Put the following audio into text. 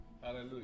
Hallelujah